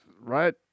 Right